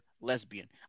lesbian